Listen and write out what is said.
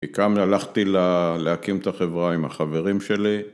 ‫כאן הלכתי להקים את החברה ‫עם החברים שלי.